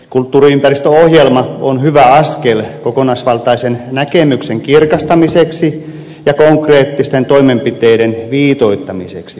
kulttuuriympäristöohjelma on hyvä askel kokonaisvaltaisen näkemyksen kirkastamiseksi ja konkreettisten toimenpiteiden viitoittamiseksi